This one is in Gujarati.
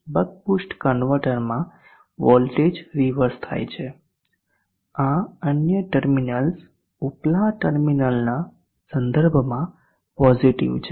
બક બૂસ્ટ કન્વર્ટરમાં વોલ્ટેજ રીવર્સ થાય છે આ અન્ય ટર્મિનલ્સ ઉપલા ટર્મિનલના સંદર્ભમાં પોઝીટીવ છે